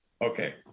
Okay